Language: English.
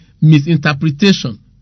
misinterpretation